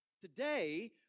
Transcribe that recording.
Today